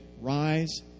Rise